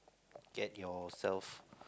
get yourself